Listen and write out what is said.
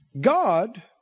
God